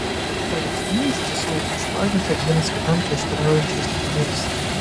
o reikšmė iš tiesų užpainiota vienas kitam prieštaraujančiais teiginiais